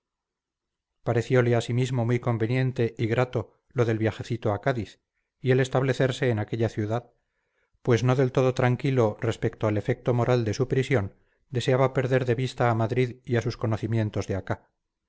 disfraz pareciole asimismo muy conveniente y grato lo del viajecito a cádiz y el establecerse en aquella ciudad pues no del todo tranquilo respecto al efecto moral de su prisión deseaba perder de vista a madrid y a sus conocimientos de acá